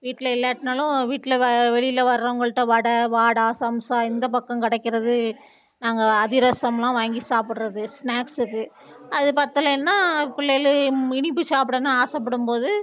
வீட்டில் இல்லாட்டினாலும் வீட்டில் வ வெளியில் வர்றவங்கள்கிட்ட வடை வாடா சமோசா இந்த பக்கம் கிடைக்கிறது நாங்கள் அதிரசம்லாம் வாங்கி சாப்பிட்றது ஸ்நாக்ஸுக்கு அது பற்றலேன்னா பிள்ளைகளு இனிப்பு சாப்பிடணுன் ஆசைப்படும்போது